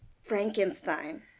Frankenstein